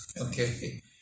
Okay